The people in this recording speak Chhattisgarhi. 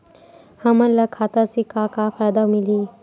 हमन ला खाता से का का फ़ायदा मिलही?